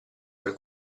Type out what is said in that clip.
per